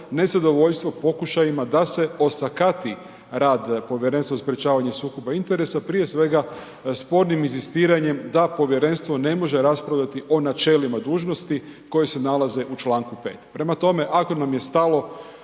nezadovoljstvo pokušajima da se osakati rad Povjerenstva za sprječavanje sukoba interesa, prije svega spornim inzistiranjem da povjerenstvo ne može raspravljati o načelima dužnosti koje se nalaze u čl. 5. Prema tome, ako nam je stalo